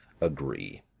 agree